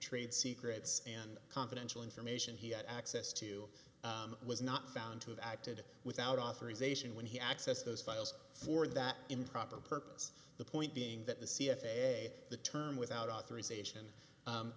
trade secrets and confidential information he had access to was not found to have acted without authorization when he access those files for that improper purpose the point being that the c f a the term without authorization